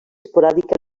esporàdica